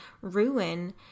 ruin